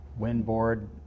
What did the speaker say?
windboard